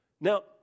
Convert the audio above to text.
now